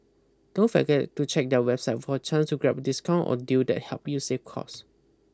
don't forget to check their website for a chance to grab discount or deal that helps you save cost